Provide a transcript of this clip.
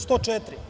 104.